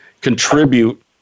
contribute